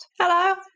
Hello